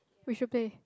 we should play